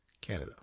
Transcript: Canada